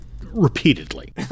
repeatedly